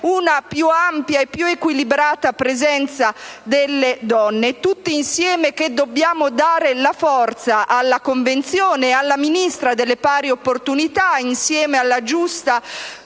dove più ampia ed equilibrata è la presenza delle donne. Tutte insieme dobbiamo dare forza alla Convenzione e alla Ministra per le pari opportunità, insieme alla *task